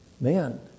Man